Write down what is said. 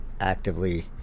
actively